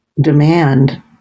demand